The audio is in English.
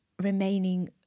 remaining